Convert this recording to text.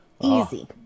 Easy